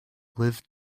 lived